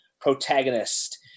protagonist